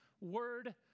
word